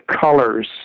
colors